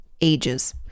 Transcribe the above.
Ages